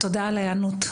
תודה על ההיענות.